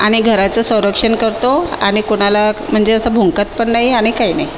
आणि घराचं संरक्षण करतो आणि कोणाला म्हणजे असं भुंकत पण नाही आणि काही नाही